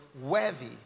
worthy